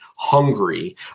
hungry